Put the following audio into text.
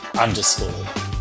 underscore